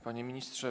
Panie Ministrze!